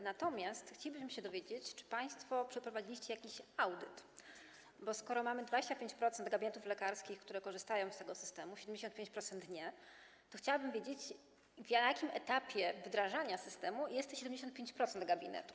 Natomiast chcielibyśmy się dowiedzieć, czy państwo przeprowadziliście jakiś audyt, bo skoro mamy 25% gabinetów lekarskich, które korzystają z tego systemu, 75% nie korzysta z niego, to chciałabym wiedzieć, na jakim etapie wdrażania systemu jest 75% gabinetów.